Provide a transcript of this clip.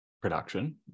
production